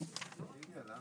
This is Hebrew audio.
אנחנו